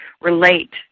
relate